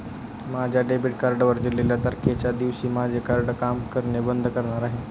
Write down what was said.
माझ्या डेबिट कार्डवर दिलेल्या तारखेच्या दिवशी माझे कार्ड काम करणे बंद करणार आहे